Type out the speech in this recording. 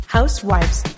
Housewives